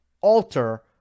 alter